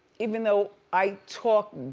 even though i talk